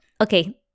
Okay